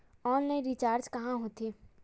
Offline recharge कहां होथे?